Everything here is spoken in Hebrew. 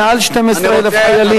מעל 12,000 חיילים,